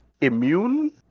immune